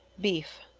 beef.